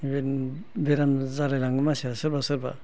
बेबायदिनो बेराम जालायलाङो मानसिया सोरबा सोरबा